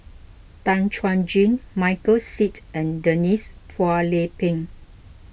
Tan Chuan Jin Michael Seet and Denise Phua Lay Peng